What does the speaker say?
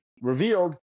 revealed